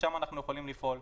ושם אנחנו יכולים לפעול.